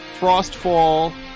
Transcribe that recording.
Frostfall